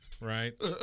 right